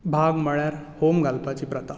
भाग म्हळ्यार होम घालपाची प्रथा